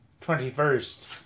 Twenty-first